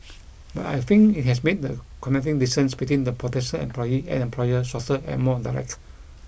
but I think it has made the connecting distance between the potential employee and employer shorter and more direct